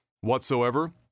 whatsoever